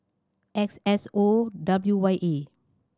X S O W Y A